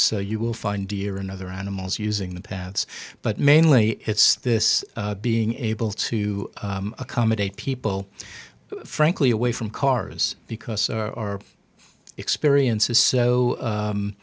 so you will find deer and other animals using the pants but mainly it's this being able to accommodate people frankly away from cars because our experience is so